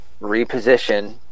reposition